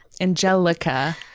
Angelica